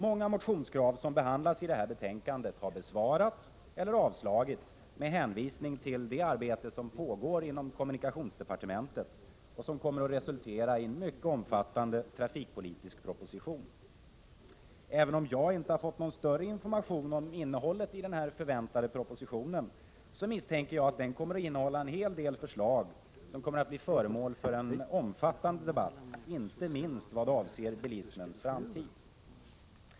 Många motionskrav som behandlats i detta betänkande har besvarats eller avslagits med hänvisning till det arbete som pågår inom kommunikationsdepartementet och som kommer att resultera i en mycket omfattande trafikpolitisk proposition. Även om jag inte har fått någon större information om innehållet i den förväntade propositionen, så misstänker jag att den kommer att innehålla en hel del förslag som kommer att bli föremål för en omfattande debatt, inte minst vad avser bilismens framtid.